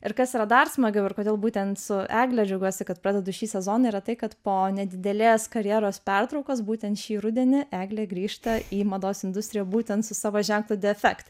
ir kas yra dar smagiau ir kodėl būtent su egle džiaugiuosi kad pradedu šį sezoną yra tai kad po nedidelės karjeros pertraukos būtent šį rudenį eglė grįžta į mados industriją būtent su savo ženklu defekt